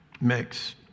mix